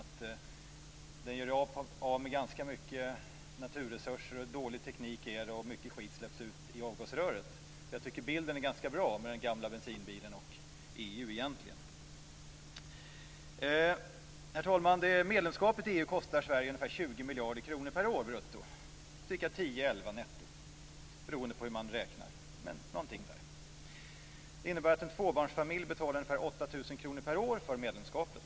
Bilen gör av med mycket naturresurser, det är dålig teknik och mycket skit släpps ut i avgasröret. Den gamla bensindrivna bilen och EU är en bra bild. Herr talman! Medlemskapet i EU kostar Sverige ungefär 20 miljarder kronor per år brutto, ca 10-11 netto. Det innebär att en tvåbarnsfamilj betalar ungefär 8 000 kr per år för medlemskapet.